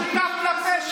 אנחנו רואים את השינוי.